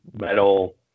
metal